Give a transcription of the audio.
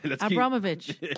Abramovich